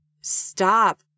stop